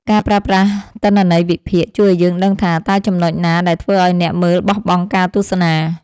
ការប្រើប្រាស់ទិន្នន័យវិភាគ ជួយឱ្យយើងដឹងថា តើចំណុចណាដែលធ្វើឱ្យអ្នកមើលបោះបង់ការទស្សនា។